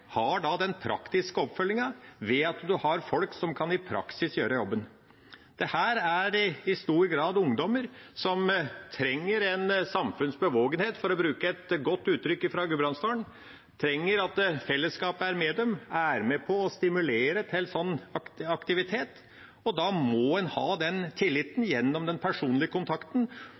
den praktiske oppfølgingen ved at en har folk som i praksis kan gjøre jobben. Dette er i stor grad ungdommer som trenger et samfunns bevågenhet – for å bruke et godt uttrykk fra Gudbrandsdalen – og som trenger at fellesskapet er med på å stimulere til sånn aktivitet, og da må en ha den tilliten gjennom den personlige kontakten.